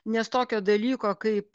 nes tokio dalyko kaip